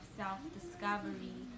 self-discovery